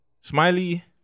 Smiley